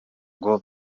ngo